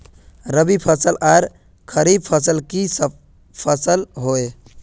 रवि फसल आर खरीफ फसल की फसल होय?